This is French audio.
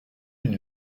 une